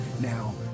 Now